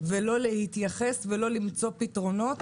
ולא להתייחס ולא למצוא פתרונות.